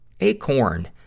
acorn